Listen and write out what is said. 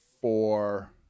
four